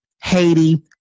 Haiti